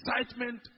excitement